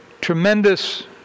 tremendous